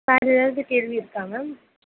வேறு ஏதாவது கேள்வி இருக்கா மேம்